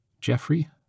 Jeffrey